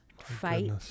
fight